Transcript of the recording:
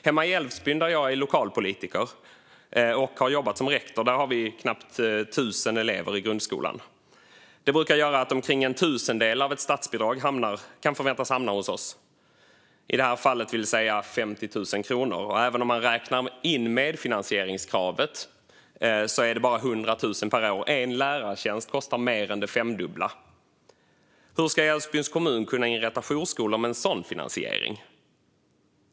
Hemma i Älvsbyn, där jag är lokalpolitiker och har jobbat som rektor, har vi knappt tusen elever i grundskolan. Det brukar göra att omkring en tusendel av ett statsbidrag kan förväntas hamna hos oss. I det här fallet vill det säga 50 000. Även om man räknar in medfinansieringskravet är det bara 100 000 per år. En lärartjänst kostar mer än det femdubbla. Hur ska Älvsbyns kommun kunna inrätta jourskolor med en sådan finansiering?